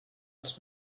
els